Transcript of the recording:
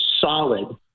solid